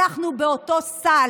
אנחנו באותו סל